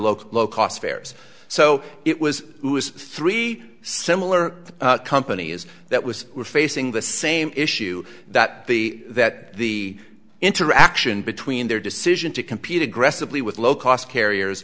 local low cost fares so it was three similar companies that was were facing the same issue that the that the interaction between their decision to compete aggressively with low cost carriers